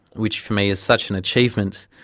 which for me is such an achievement